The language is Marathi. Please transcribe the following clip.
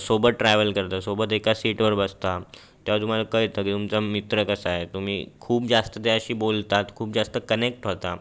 सोबत ट्रॅव्हल करता सोबत एका सीटवर बसता त्यावेळी तुम्हाला कळतं की तुमचा मित्र कसा आहे तुम्ही खूप जास्त त्याच्याशी बोलतात खूप जास्त कनेक्ट होता